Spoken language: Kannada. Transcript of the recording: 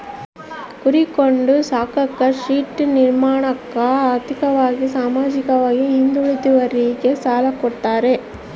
ಕುರಿ ಕೊಂಡು ಸಾಕಾಕ ಶೆಡ್ ನಿರ್ಮಾಣಕ ಆರ್ಥಿಕವಾಗಿ ಸಾಮಾಜಿಕವಾಗಿ ಹಿಂದುಳಿದೋರಿಗೆ ಸಾಲ ಕೊಡ್ತಾರೆ